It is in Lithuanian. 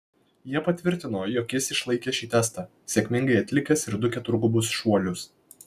jie patvirtino jog jis išlaikė šį testą sėkmingai atlikęs ir du keturgubus šuolius